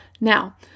Now